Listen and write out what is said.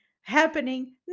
happening